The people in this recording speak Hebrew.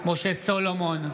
משה סולומון,